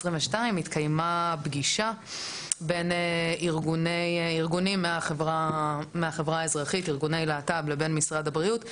התקיימה פגישה בין ארגוני להט״ב מהחברה האזרחית לבין משרד הבריאות,